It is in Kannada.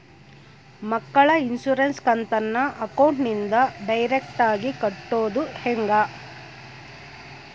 ಮಕ್ಕಳ ಇನ್ಸುರೆನ್ಸ್ ಕಂತನ್ನ ಅಕೌಂಟಿಂದ ಡೈರೆಕ್ಟಾಗಿ ಕಟ್ಟೋದು ಹೆಂಗ?